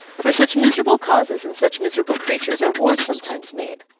for such miserable causes and such miserable creatures are wars sometimes made!